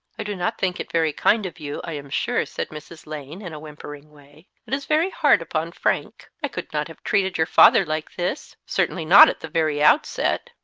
i do not think it very kind of you, i am sure, said mrs. lane, in a whimpering way. it is very hard upon frank. i could not have treated your father like this. certainly not at the very outset.